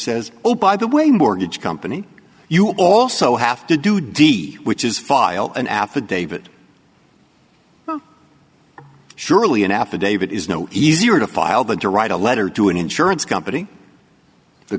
says oh by the way mortgage company you also have to do d which is file an affidavit surely an affidavit is no easier to file that to write a letter to an insurance company the